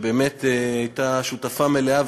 שהייתה שותפה מלאה,